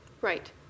Right